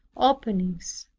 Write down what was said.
openings,